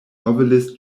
novelist